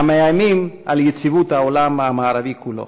המאיימים על יציבות העולם המערבי כולו.